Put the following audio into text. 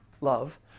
love